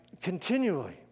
continually